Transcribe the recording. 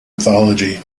mythology